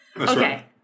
Okay